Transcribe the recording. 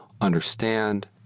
understand